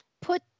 put